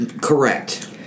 Correct